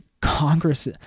Congress